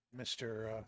Mr. –